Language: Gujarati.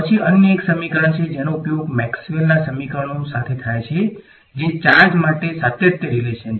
પછી અન્ય એક સમીકરણ છે જેનો ઉપયોગ મેક્સવેલના સમીકરણો સાથે થાય છે જે ચાર્જ માટે સાતત્ય રીલેશન છે